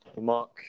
Mark